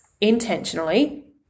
intentionally